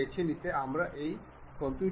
আমরা OK এ click করি